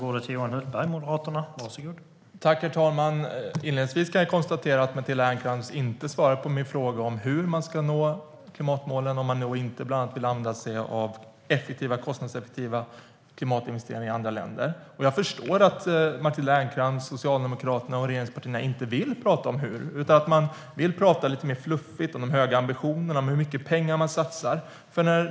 Herr talman! Inledningsvis kan jag konstatera att Matilda Ernkrans inte svarade på min fråga om hur man ska nå klimatmålen om man inte vill använda sig av kostnadseffektiva klimatinvesteringar i andra länder. Och jag förstår att Matilda Ernkrans och regeringspartierna inte vill prata om hur, utan att de vill prata lite mer fluffigt om de höga ambitionerna, om hur mycket pengar de satsar.